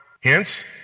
Hence